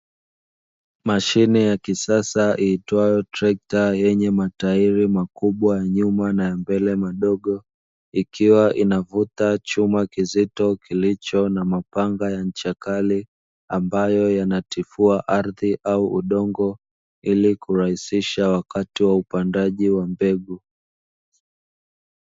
Mashine ya kisasa iitwayo trekta yenye matairi makubwa nyuma na mbele madogo, ikiwa inavuta chuma kizito kilicho na mapanga ya ncha kali ambayo yanatifua ardhi au udongo ili kurahisisha wakati wa upandaji wa mbegu.